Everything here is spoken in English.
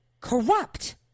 corrupt